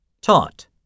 Taught